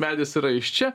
medis yra iš čia